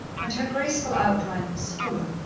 and her graceful outline was fuller,